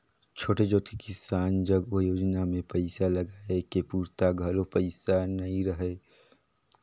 छोटे जोत के किसान जग ओ योजना मे पइसा लगाए के पूरता घलो पइसा नइ रहय